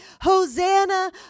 Hosanna